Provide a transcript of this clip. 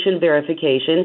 verification